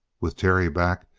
with terry back,